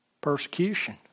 Persecution